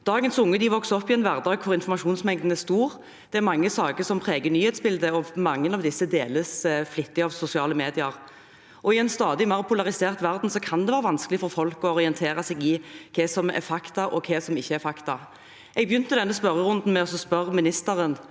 Dagens unge vokser opp i en hverdag hvor informasjonsmengden er stor. Det er mange saker som preger nyhetsbildet, og mange av disse deles flittig på sosiale medier. I en stadig mer polarisert verden kan det være vanskelig for folk å orientere seg i hva som er fakta, og hva som ikke er fakta. Jeg begynte denne spørrerunden med å spørre ministeren